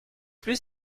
plus